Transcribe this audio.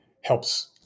helps